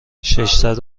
ششصد